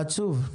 עצוב.